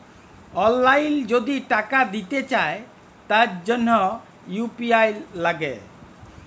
অললাইল যদি টাকা দিতে চায় তার জনহ ইউ.পি.আই লাগে